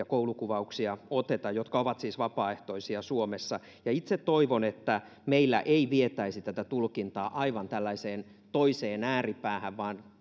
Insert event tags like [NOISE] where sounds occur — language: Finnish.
[UNINTELLIGIBLE] koulukuvauksia ne ovat siis vapaaehtoisia suomessa itse toivon että meillä ei vietäisi tätä tulkintaa aivan tällaiseen toiseen ääripäähän vaan [UNINTELLIGIBLE]